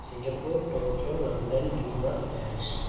Singapore Tokyo London New York Paris